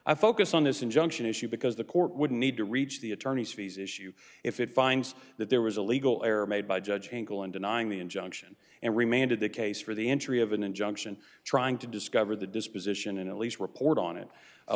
i focus on this injunction issue because the court would need to reach the attorney's fees issue if it finds that there was a legal error made by judge angle in denying the injunction and remained in the case for the entry of an injunction trying to discover the disposition and at least report on it